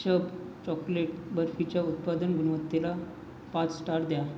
शब chocolate बर्फीच्या उत्पादन गुणवत्तेला पाच स्टार द्या